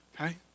okay